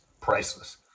priceless